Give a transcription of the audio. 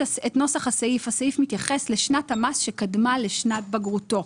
הסעיף מתייחס לשנת המס שקדמה לשנת בגרותו.